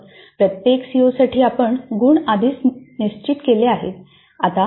मग प्रत्येक सीओ साठी आपण गुण आधीच निश्चित केले आहेत